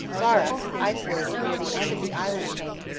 barra, isolated near the end of the island chain,